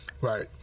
Right